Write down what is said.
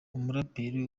umuraperi